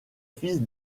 fils